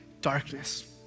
darkness